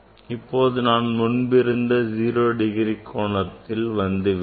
இப்போது நான் முன்பிருந்த 0 டிகிரி கோணத்தில் மீண்டும் வந்து விட்டேன்